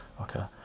Okay